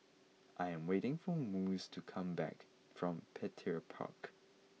I am waiting for Mose to come back from Petir Park